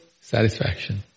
satisfaction